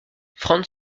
frantz